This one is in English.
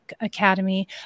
Academy